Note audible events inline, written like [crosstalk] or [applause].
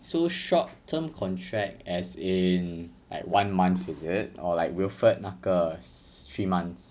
so short term contract as in like one month is it or like wilfred 那个 [noise] three months